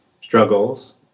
struggles